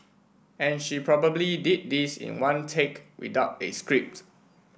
and she probably did this in one take without a script